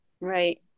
Right